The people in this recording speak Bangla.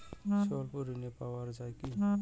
স্বল্প ঋণ পাওয়া য়ায় কি?